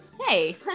Hey